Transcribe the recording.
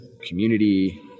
community